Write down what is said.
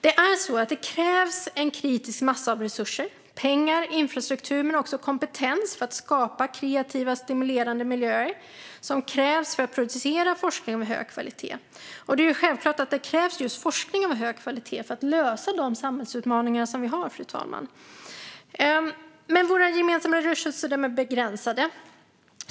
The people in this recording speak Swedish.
Det krävs en kritisk massa av resurser - pengar och infrastruktur men också kompetens - för att skapa de kreativa och stimulerande miljöer som krävs för att producera forskning av hög kvalitet. Det är självklart att det krävs just forskning av hög kvalitet för att lösa de samhällsutmaningar som vi har. Men våra gemensamma resurser är begränsade.